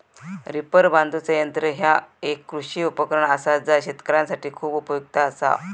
reaper बांधुचा यंत्र ह्या एक कृषी उपकरण असा जा शेतकऱ्यांसाठी खूप उपयुक्त असा